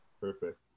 Perfect